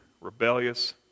rebellious